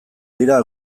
dira